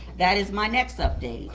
that is my next update.